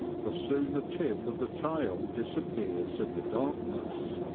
for soon the tip of the tail disappears in the darkness.